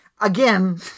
Again